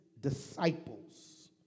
disciples